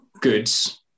goods